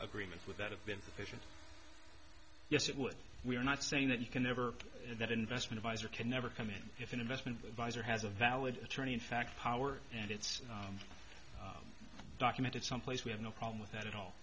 agreements with that have been sufficient yes it would we are not saying that you can never say that investment advisor can never come in if an investment advisor has a valid attorney in fact power and it's documented someplace we have no problem with that at all